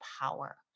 power